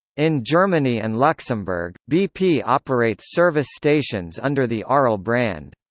in germany and luxembourg, bp operates service stations under the aral brand.